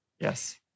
yes